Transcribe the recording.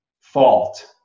fault